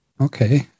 Okay